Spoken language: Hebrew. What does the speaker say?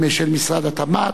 של משרד התמ"ת.